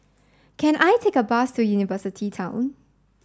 can I take a bus to University Town